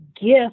gift